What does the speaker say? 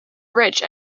rich